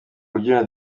rubyiniro